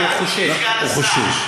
הוא חושש.